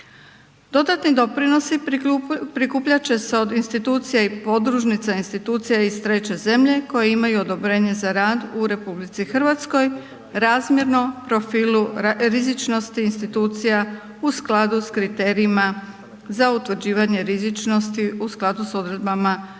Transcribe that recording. Dodatni doprinosi prikupljat će se od institucija i podružnica institucija iz treće zemlje koje imaju odobrenje za rad u RH, razmjeru profilu rizičnosti institucije, određeno prema kriterijima za utvrđivanje rizičnosti, a u skladu s odredbama Zakona